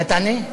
אתה תענה?